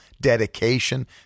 dedication